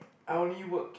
I only work